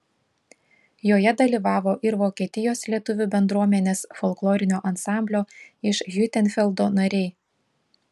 joje dalyvavo ir vokietijos lietuvių bendruomenės folklorinio ansamblio iš hiutenfeldo nariai